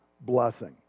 blessing